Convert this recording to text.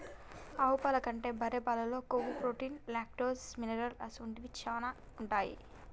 ఆవు పాల కంటే బర్రె పాలల్లో కొవ్వు, ప్రోటీన్, లాక్టోస్, మినరల్ అసొంటివి శానా ఉంటాయి